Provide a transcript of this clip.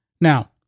Now